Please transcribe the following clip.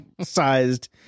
sized